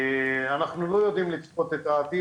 אנחנו לא יודעים לצפות את העתיד,